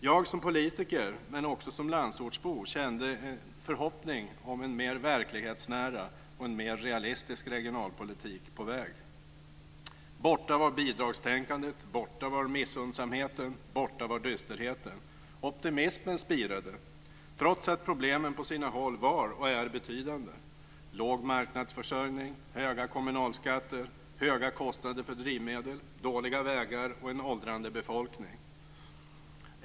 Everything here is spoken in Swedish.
Jag kände som politiker, men också som landsortsbo, en förhoppning om att en mer verklighetsnära, en mer realistisk regionalpolitik var på väg. Borta var bidragstänkande, borta var missunnsamheten, borta var dysterheten. Optimismen spirade, trots att problemen på sina håll var och är betydande: låg marknadsförsörjning, höga kommunalskatter, höga kostnader för drivmedel, dåliga vägar och en åldrande befolkning.